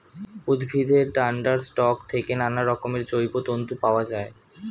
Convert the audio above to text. উদ্ভিদের ডান্ডার স্টক থেকে নানারকমের জৈব তন্তু পাওয়া যায়